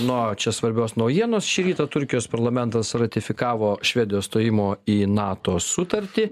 nuo čia svarbios naujienos šį rytą turkijos parlamentas ratifikavo švedijos stojimo į nato sutartį